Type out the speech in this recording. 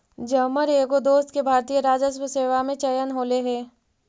जमर एगो दोस्त के भारतीय राजस्व सेवा में चयन होले हे